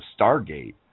Stargate